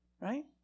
right